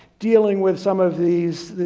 dealing with some of these,